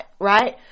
right